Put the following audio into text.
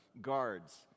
guards